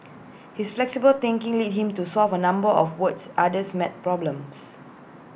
his flexible thinking led him to solve A number of world's hardest math problems